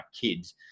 kids